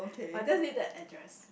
I just need the address